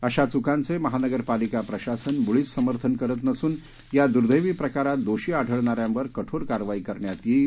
अशा चुकांचे महानगरपालिका प्रशासन मुळीच समर्थन करीत नसून या दुर्देवी प्रकारात दोषी आढळणाऱ्यांवर कठोर कारवाई करण्यात येईल